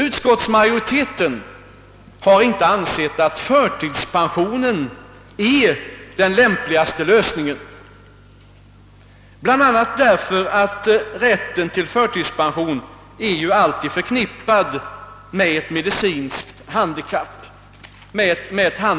Utskottsmajoriteten har inte ansett att den lämpligaste lösningen är att ge dessa människor förtidspension, bl.a. därför att rätten till förtidspension alltid är förknippad med ett medicinskt handikapp.